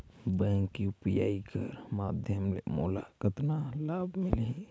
Bank UPI कर माध्यम ले मोला कतना लाभ मिली?